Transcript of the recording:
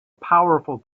powerful